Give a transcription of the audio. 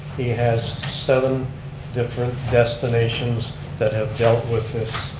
he has seven different destinations that have dealt with this.